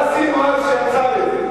מה עשינו אז שעצר את זה?